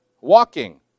walking